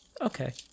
Okay